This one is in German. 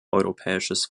europäisches